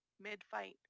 mid-fight